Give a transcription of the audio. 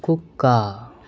కుక్క